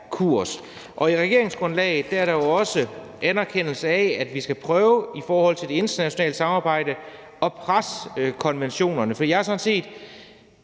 I regeringsgrundlaget er der jo også anerkendelse af, at vi skal prøve i forhold til det internationale samarbejde at presse konventionerne. For jeg er sådan set